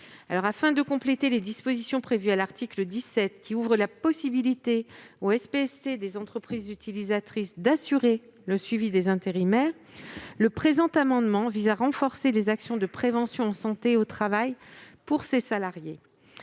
Afin de compléter les dispositions prévues à l'article 17, qui ouvrent la possibilité aux SPST des entreprises utilisatrices d'assurer le suivi des intérimaires, cet amendement vise à renforcer les actions de prévention en santé au travail pour ces salariés.